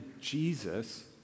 Jesus